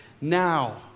now